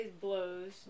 blows